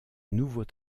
nouveaux